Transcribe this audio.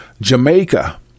Jamaica